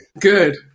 Good